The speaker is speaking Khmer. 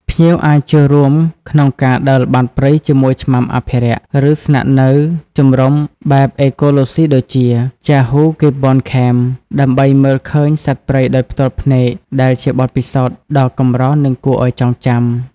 ភ្ញៀវអាចចូលរួមក្នុងការដើរល្បាតព្រៃជាមួយឆ្មាំអភិរក្ស ឬស្នាក់នៅជំរុំបែបអេកូឡូស៊ីដូចជា ចាហ៊ូ ហ្គីបប៊ូន ឃេម Jahoo Gibbon Camp ដើម្បីមើលឃើញសត្វព្រៃដោយផ្ទាល់ភ្នែក ដែលជាបទពិសោធន៍ដ៏កម្រនិងគួរឱ្យចងចាំ។